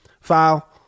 foul